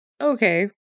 okay